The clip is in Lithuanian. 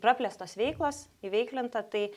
praplėstos veiklos įveiklinta tai